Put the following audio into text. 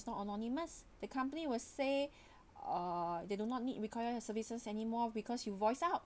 not anonymous the company will say uh they do not need require you services anymore because you voice out